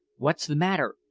what's the matter?